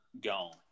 gone